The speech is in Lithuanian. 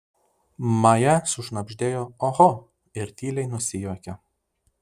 maja sušnabždėjo oho ir tyliai nusijuokė